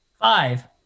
Five